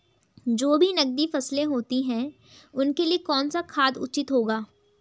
जो भी नकदी फसलें होती हैं उनके लिए कौन सा खाद उचित होगा?